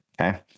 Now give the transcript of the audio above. okay